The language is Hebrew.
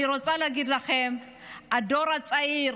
אני רוצה להגיד לכם שהדור הצעיר,